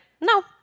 no